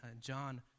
John